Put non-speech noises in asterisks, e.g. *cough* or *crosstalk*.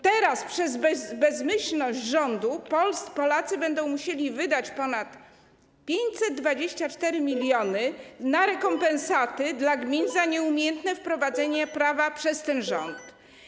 Teraz przez bezmyślność rządu Polacy będą musieli wydać ponad 524 mln zł na rekompensaty dla gmin *noise* za nieumiejętne wprowadzenie prawa przez ten rząd.